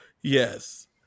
yes